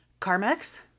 Carmax